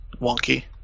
wonky